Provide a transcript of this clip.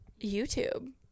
YouTube